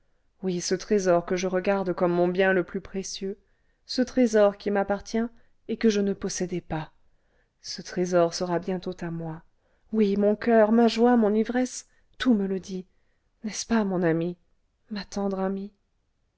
oui ce trésor que je regarde comme mon bien le plus précieux ce trésor qui m'appartient et que je ne possédais pas ce trésor sera bientôt à moi oui mon coeur ma joie mon ivresse tout me le dit n'est-ce pas mon amie ma